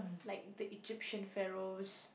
like the Egyptian Pharaohs